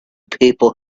people